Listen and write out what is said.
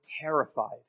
terrified